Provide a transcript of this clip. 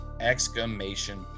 exclamation